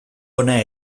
ona